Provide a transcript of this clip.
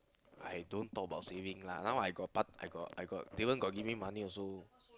I don't talk about saving lah now I got part I got I got Damien got give me money also